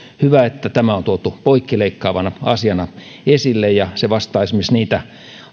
hyvä että tämä on tuotu poikkileikkaavana asiana esille ja se vastaa esimerkiksi niitä